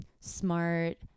smart